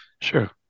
Sure